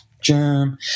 jam